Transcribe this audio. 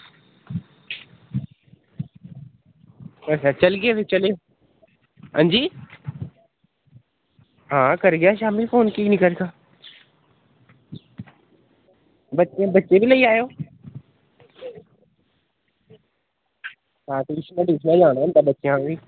अच्छा अच्छा चलियै फिर चलो अंजी आं करगे शामीं फोन कीऽ निं करगा बच्चे बी लेई आयो ते आं ट्यूशन जाना होंदा बच्चें बी